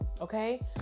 Okay